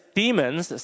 demons